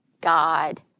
God